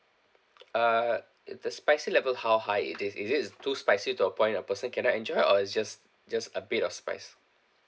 uh the spicy level how high it is is it too spicy to a point a person cannot enjoy or it's just just a bit of spice